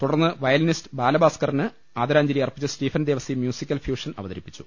തുടർന്ന് വയലിനിസ്റ്റ് ബാലഭാസ്കറിന് ആദരാഞ്ജലിയർപ്പിച്ച് സ്റ്റീഫൻ ദേവസി മ്യൂസിക്കൽ ഫ്യൂഷൻ അവതരിപ്പിച്ചു